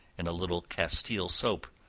and a little castile soap.